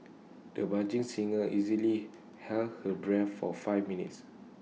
the budding singer easily held her breath for five minutes